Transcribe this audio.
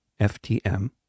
FTM